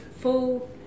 full